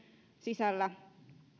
sisällä